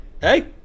hey